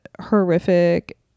horrific